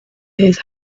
his